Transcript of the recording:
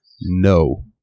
no